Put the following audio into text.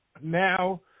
now